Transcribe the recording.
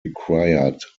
required